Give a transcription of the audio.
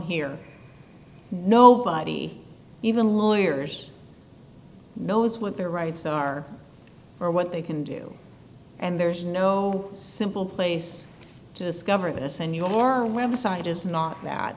here nobody even lawyers knows what their rights are or what they can do and there's no simple place to discover this and your website is not that